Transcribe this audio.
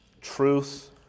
Truth